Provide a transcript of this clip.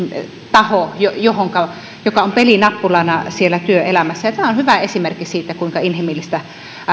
taho joka on pelinappulana siellä työelämässä tämä on hyvä esimerkki siitä kuinka inhimillistä